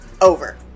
over